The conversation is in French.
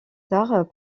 tard